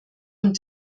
und